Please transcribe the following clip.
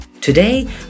Today